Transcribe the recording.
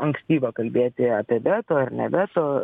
ankstyva kalbėti apie veto ar ne veto